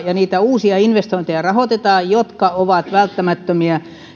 ja rahoitamme uusia investointeja jotka ovat välttämättömiä